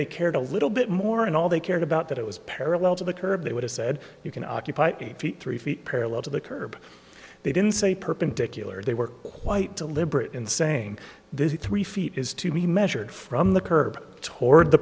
they cared a little bit more and all they cared about that it was parallel to the curb they would have said you can occupy three feet parallel to the curb they didn't say perpendicular they were quite deliberate in saying this three feet is to be measured from the curb toward the